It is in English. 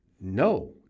No